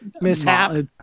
Mishap